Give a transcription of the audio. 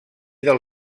del